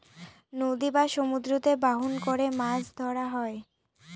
নদী বা সমুদ্রতে বাহন করে মাছ ধরা হয়